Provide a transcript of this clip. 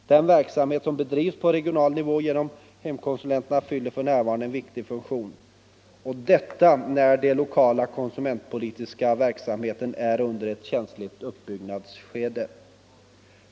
Den verksamhet som bedrivs på regional nivå genom hemkonsulenterna fyller f.n. en viktig funktion, särskilt när den lokala konsumentpolitiska verksamheten är i ett känsligt uppbyggnadsskede.